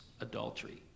adultery